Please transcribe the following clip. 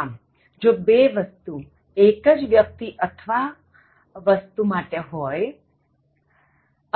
આમ જો બે વસ્તુ એક જ વ્યક્તિ અથવા વસ્તુ માટે હોય